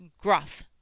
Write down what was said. gruff